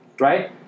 Right